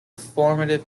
formative